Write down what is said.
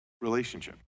relationship